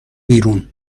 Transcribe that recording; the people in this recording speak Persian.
بیرون